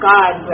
God